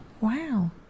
Wow